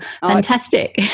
fantastic